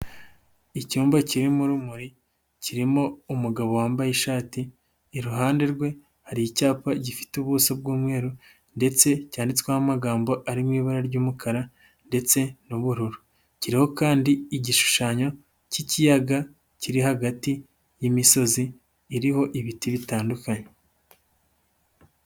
Icyumba kirimo urumuri, kirimo umugabo wambaye ishati, iruhande rwe hari icyapa gifite ubuso bw'umweru, ndetse cyanditsweho amagambo ari mu ibara ry'umukara, ndetse n'ubururu. Kiriho kandi igishushanyo cy'ikiyaga, kiri hagati y'imisozi, iriho ibiti bitandukanye.